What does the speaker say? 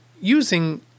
using